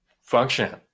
function